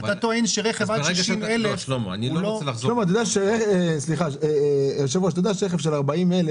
היושב-ראש, אתה יודע שרכב של 40,000